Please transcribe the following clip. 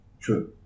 True